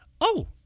Oh